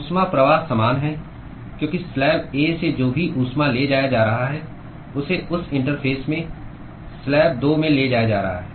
ऊष्मा प्रवाह समान है क्योंकि स्लैब ए से जो भी ऊष्मा ले जाया जा रहा है उसे उस इंटरफेस पर स्लैब 2 में ले जाया जा रहा है